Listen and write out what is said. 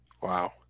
Wow